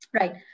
Right